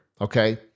okay